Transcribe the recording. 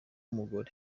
umugabo